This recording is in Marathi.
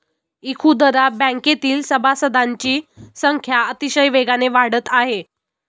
इखुदरा बँकेतील सभासदांची संख्या अतिशय वेगाने वाढत आहे